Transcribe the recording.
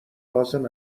لازم